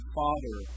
father